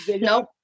Nope